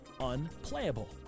unplayable